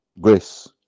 Grace